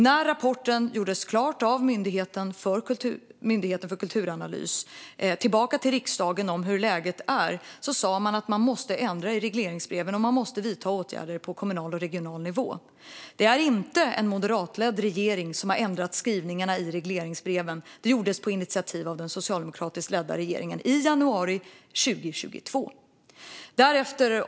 När Myndigheten för kulturanalys gjort klart rapporten sa riksdagen att man måste ändra i regleringsbreven och vidta åtgärder på kommunal och regional nivå. Det är inte en moderatledd regering som har ändrat skrivningarna i regleringsbreven, utan det gjordes på initiativ av den socialdemokratiskt ledda regeringen i januari 2022.